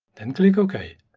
and click okay.